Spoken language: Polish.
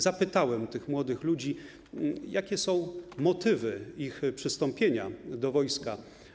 Zapytałem tych młodych ludzi, jakie są motywy ich przystąpienia do wojska.